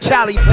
Cali